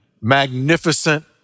magnificent